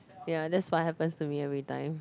ya that's what happens to me everytime